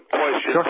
question